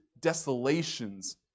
desolations